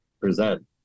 present